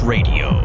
Radio